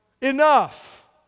enough